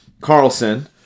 Carlson